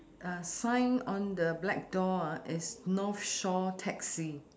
uh sign on the black door uh is north shore taxi